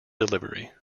delivery